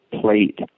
Plate